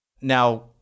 Now